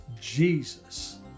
Jesus